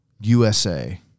USA